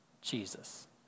Jesus